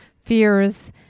fears